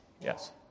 Yes